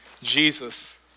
Jesus